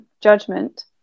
judgment